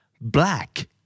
Black